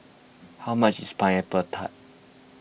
how much is Pineapple Tart